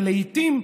ולעיתים,